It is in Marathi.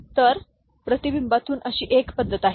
तर प्रतिबिंबातून अशी एक पद्धत आहे